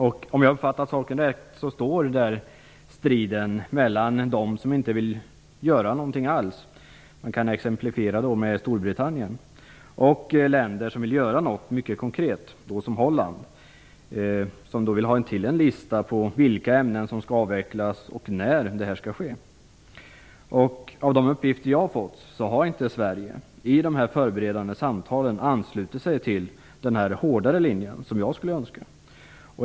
Om jag har uppfattat saken rätt står striden mellan de länder som inte vill göra någonting alls - man kan exemplifiera med Storbritannien - och de länder som vill göra någonting mycket konkret, såsom Holland. De senare vill få fram en lista på vilka ämnen som skall avvecklas och när det skall ske. Enligt de uppgifter jag har fått har inte Sverige i dessa förberedande samtal anslutit sig till den hårdare linjen, som jag skulle önska.